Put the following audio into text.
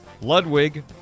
Ludwig